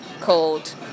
called